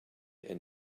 and